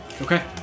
Okay